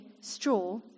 straw